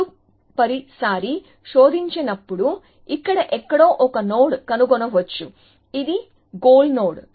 తదుపరిసారి శోధించినప్పుడు ఇక్కడ ఎక్కడో ఒక నోడ్ కనుగొనవచ్చు ఇది గోల్ నోడ్